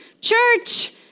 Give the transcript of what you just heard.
church